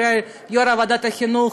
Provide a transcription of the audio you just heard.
יו"ר ועדת החינוך,